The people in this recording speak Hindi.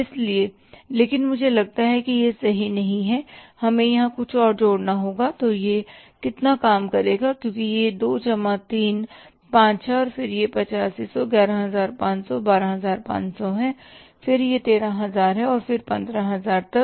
इसलिए लेकिन मुझे लगता है कि यह सही नहीं है हमें यहां कुछ और जोड़ना होगा तो यह कितना काम करेगा क्योंकि यह 2 जमा 3 3 5 है फिर यह 8500 11500 12500 है फिर यह 13000 है और फिर 15000 तक